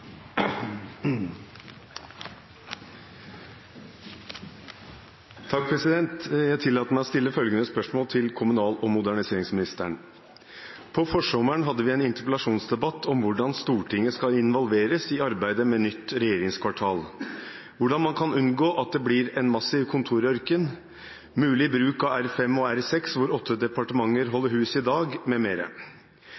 er bortreist. Jeg tillater meg å stille følgende spørsmål til kommunal- og moderniseringsministeren: «På forsommeren hadde vi en interpellasjonsdebatt om hvordan Stortinget skal involveres i arbeidet med nytt regjeringskvartal, hvordan man kan unngå at det blir en massiv kontorørken, mulig bruk av R5 og R6 hvor åtte departementer holder hus i dag